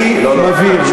אני מבין.